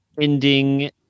ending